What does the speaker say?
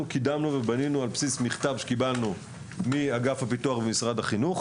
קידמנו ובנינו על בסיס מכתב שקיבלנו מאגף הפיתוח במשרד החינוך.